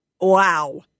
Wow